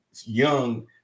young